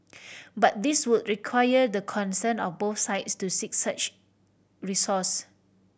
but this would require the consent of both sides to seek such recourse